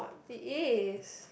it is